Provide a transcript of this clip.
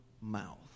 mouth